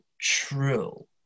true